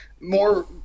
more